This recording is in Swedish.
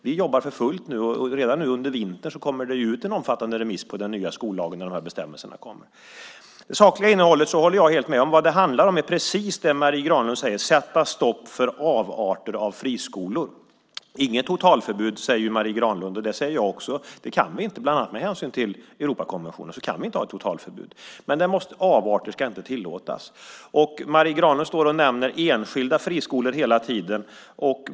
Vi jobbar för fullt nu, och redan under vintern kommer det ut en omfattande remiss på den nya skollagen när de här bestämmelserna kommer. Jag håller helt med om det sakliga innehållet. Det handlar om precis det som Marie Granlund säger - att sätta stopp för avarter av friskolor. Inget totalförbud, säger Marie Granlund, och det säger jag också. Vi kan inte ha något sådant. Bland annat med hänsyn till Europakonventionen kan vi inte ha ett totalförbud. Men avarter ska inte tillåtas. Marie Granlund står här och nämner enskilda friskolor hela tiden.